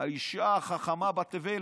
האישה החכמה בתבל,